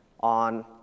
On